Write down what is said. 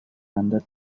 another